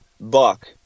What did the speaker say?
buck